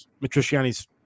Matriciani's